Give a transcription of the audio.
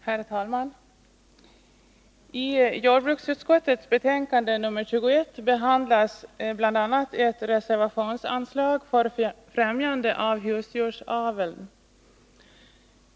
Herr talman! I jordbruksutskottets betänkande nr 21 behandlas bl.a. ett reservationsanslag för främjande av husdjursaveln.